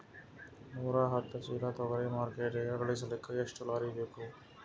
ನೂರಾಹತ್ತ ಚೀಲಾ ತೊಗರಿ ಮಾರ್ಕಿಟಿಗ ಕಳಸಲಿಕ್ಕಿ ಎಷ್ಟ ಲಾರಿ ಬೇಕು?